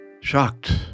Shocked